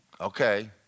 Okay